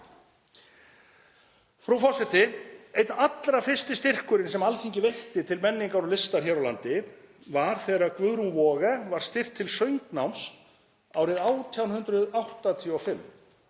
Frú forseti. Einn allra fyrsti styrkurinn sem Alþingi veitti til menningar og listar hér á landi var þegar Guðrún Waage var styrkt til söngnáms árið 1885.